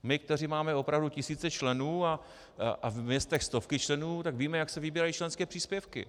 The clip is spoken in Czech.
My, kteří máme opravdu tisíce členů a v městech stovky členů, tak víme, jak se vybírají členské příspěvky.